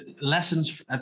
lessons